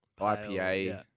IPA